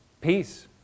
Peace